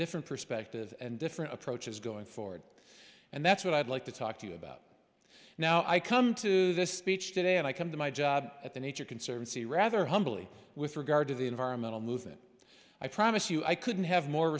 different perspective and different approaches going forward and that's what i'd like to talk to you about now i come to this speech today and i come to my job at the nature conservancy rather humbly with regard to the environmental movement i promise you i couldn't have more